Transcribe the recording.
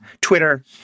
Twitter